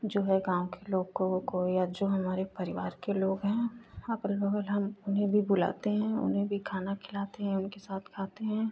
जो है गाँव के लोगों को या जो हमारे परिवार के लोग हैं अग़ल बग़ल हम उन्हें भी बुलाते हैं उन्हें भी खाना खिलाते हैं उनके साथ खाते हैं